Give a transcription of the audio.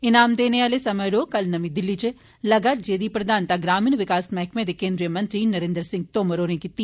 ईनाम देने आहला समारोह कल नर्मी दिल्ली च लग्गा जेदी प्रधानता ग्रामीण विकास मैहकमे दे केन्द्री मंत्री नरेन्द्र सिंह तोमर होरें कीती